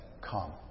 come